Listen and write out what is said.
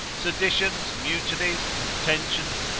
seditions, mutinies, contentions,